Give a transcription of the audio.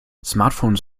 smartphones